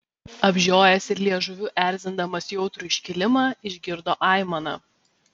apžiojęs ir liežuviu erzindamas jautrų iškilimą išgirdo aimaną